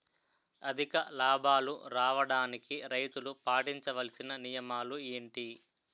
అధిక లాభాలు రావడానికి రైతులు పాటించవలిసిన నియమాలు ఏంటి